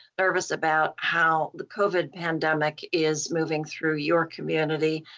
nervous about how the covid pandemic is moving through your community,